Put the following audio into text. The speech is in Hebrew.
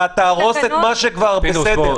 פינדרוס, אתה תהרוס את מה שכבר בסדר.